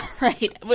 Right